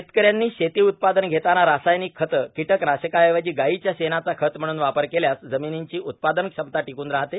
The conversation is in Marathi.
शेतकऱ्यांनी शेती उत्पादन घेतांना रासार्यानक खते किटकनाशकांऐवजी गाईच्या शेणाचा खत म्हणून वापर केल्यास र्जामनीची उत्पादन क्षमता र्टिकून राहते